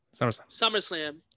SummerSlam